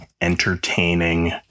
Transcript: entertaining